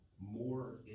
more